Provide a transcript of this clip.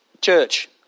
Church